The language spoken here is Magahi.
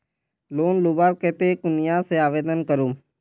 लोन लुबार केते कुनियाँ से आवेदन करूम?